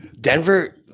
Denver